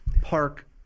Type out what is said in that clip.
park